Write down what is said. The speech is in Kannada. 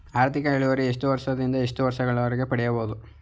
ಆರ್ಥಿಕ ಇಳುವರಿ ಎಷ್ಟು ವರ್ಷ ದಿಂದ ಎಷ್ಟು ವರ್ಷ ಗಳವರೆಗೆ ಪಡೆಯಬಹುದು?